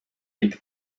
est